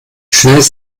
schnell